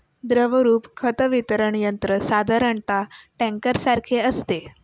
द्रवरूप खत वितरण यंत्र साधारणतः टँकरसारखे असते